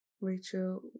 Rachel